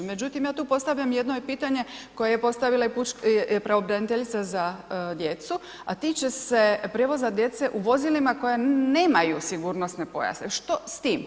Međutim, ja tu postavljam, jedno je pitanje koje je postavila i pravobraniteljica za djecu, a tiče se prijevoza djece u vozilima koja nemaju sigurnosne pojaseve, što s tim?